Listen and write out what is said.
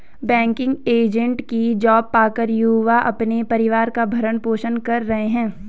banking agent की job पाकर युवा अपने परिवार का भरण पोषण कर रहे है